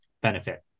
benefit